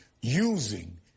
using